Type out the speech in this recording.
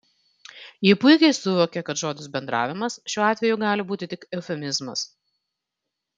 ji puikiai suvokė kad žodis bendravimas šiuo atveju gali būti tik eufemizmas